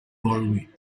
doorway